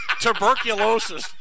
tuberculosis